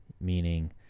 meaning